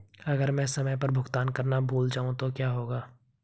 अगर मैं समय पर भुगतान करना भूल जाऊं तो क्या होगा?